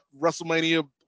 WrestleMania